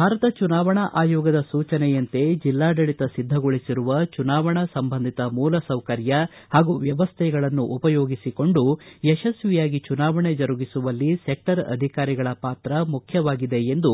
ಭಾರತ ಚುನಾವಣಾ ಆಯೋಗದ ಸೂಚನೆಯಂತೆ ಜಿಲ್ಲಾಡಳಿತ ಸಿದ್ಧಗೊಳಿಸಿರುವ ಚುನಾವಣಾ ಸಂಬಂಧಿತ ಮೂಲ ಸೌಕರ್ಯ ಹಾಗೂ ವ್ಯವಸ್ಟೆಗಳನ್ನು ಉಪಯೋಗಿಸಿಕೊಂಡು ಯಶಸ್ವಿಯಾಗಿ ಚುನಾವಣೆ ಜರುಗಿಸುವಲ್ಲಿ ಸೆಕ್ಷರ್ ಅಧಿಕಾರಿಗಳ ಪಾತ್ರವು ಮುಖ್ಖವಾಗಿದೆ ಎಂದು